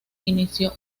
inició